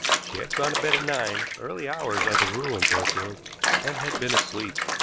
she had gone to bed at nine early hours are the rule in thornfield and had been asleep.